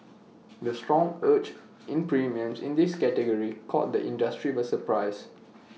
the strong surge in premiums in this category caught the industry by surprise